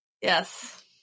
Yes